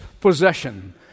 possession